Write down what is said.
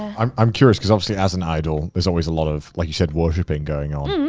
um i'm curious because obviously as an idol, there's always a lot of, like you said, worshiping going on.